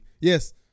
Yes